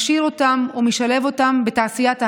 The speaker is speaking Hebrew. מכשיר אותן ומשלב אותן בתעשיית ההייטק,